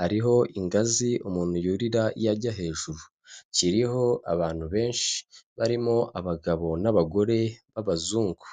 hariho ingazi umuntu yurira iyo ajya hejuru, kiriho abantu benshi barimo abagabo n'abagore b'abazungu.